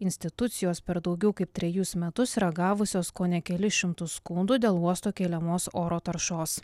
institucijos per daugiau kaip trejus metus yra gavusios kone kelis šimtus skundų dėl uosto keliamos oro taršos